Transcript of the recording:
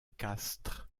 castres